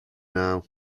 now